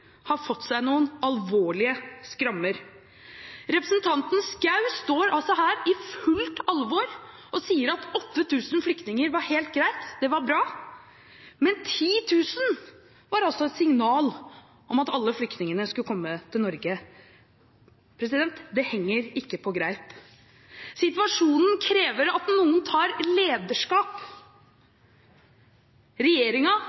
har fått seg noen alvorlige skrammer. Representanten Schou står her i fullt alvor og sier at 8 000 flyktninger var helt greit, det var bra, men 10 000 var et signal om at alle flyktningene skulle komme til Norge. Det henger ikke på greip. Situasjonen krever at noen tar lederskap.